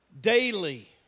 daily